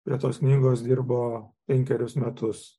prie tos knygos dirbo penkerius metus